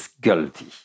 guilty